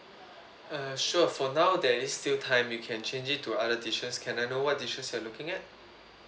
uh sure for now there is still time you can change it to other dishes can I know what dishes you are looking at